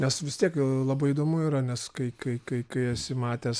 nes vis tiek labai įdomu yra nes kai kai kai kai esi matęs